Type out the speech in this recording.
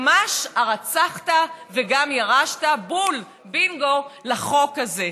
ממש הרצחת וגם ירשת בול, בינגו, החוק הזה.